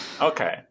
Okay